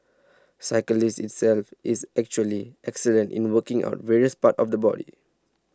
cycling itself is actually excellent in working out various parts of the body